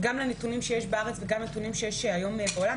לנתונים שיש בארץ וגם לנתונים שיש היום בעולם,